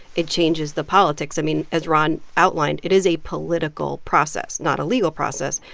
it changes the politics. i mean, as ron outlined, it is a political process not a legal process.